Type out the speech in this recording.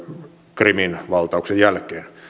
krimin valtauksen jälkeen